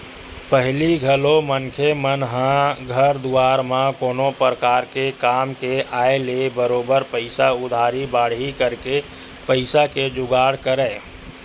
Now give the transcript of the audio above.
पहिली घलो मनखे मन ह घर दुवार म कोनो परकार के काम के आय ले बरोबर पइसा उधारी बाड़ही करके पइसा के जुगाड़ करय